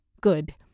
Good